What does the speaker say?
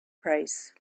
price